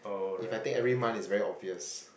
if I take every month it's very obvious